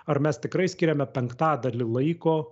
ar mes tikrai skiriame penktadalį laiko